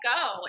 go